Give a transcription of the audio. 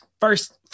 first